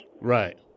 Right